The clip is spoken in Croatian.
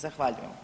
Zahvaljujem.